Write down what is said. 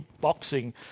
boxing